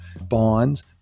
bonds